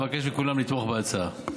אבקש מכולם לתמוך בהצעה.